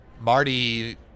Marty